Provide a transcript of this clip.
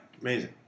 Amazing